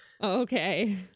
okay